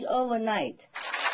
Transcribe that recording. overnight